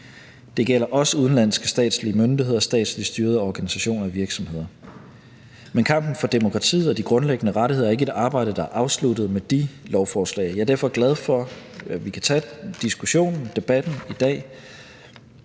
Det gælder også udenlandske statslige myndigheder, statsligt styrede organisationer og virksomheder. Men kampen for demokratiet og de grundlæggende rettigheder er ikke et arbejde, der er afsluttet med de lovforslag. Jeg er derfor glad for, at vi kan tage diskussionen, debatten i dag.